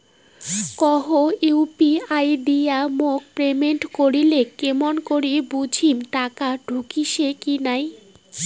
কাহো ইউ.পি.আই দিয়া মোক পেমেন্ট করিলে কেমন করি বুঝিম টাকা ঢুকিসে কি নাই?